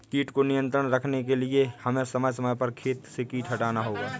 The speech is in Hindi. कीट को नियंत्रण रखने के लिए हमें समय समय पर खेत से कीट हटाना होगा